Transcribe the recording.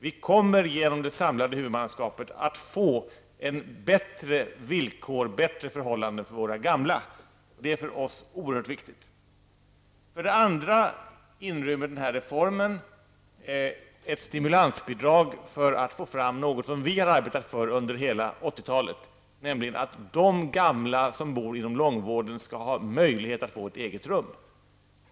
Vi kommer genom det samlade huvudmannaskapet att få bättre villkor och bättre förhållanden för våra gamla. Det är för oss oerhört viktigt. För det andra inrymmer denna reform ett stimulansbidrag för att få fram något som vi har arbetat för under hela 80-talet, nämligen att de gamla som bor inom långvården skall ha möjlighet att få ett eget rum.